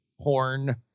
porn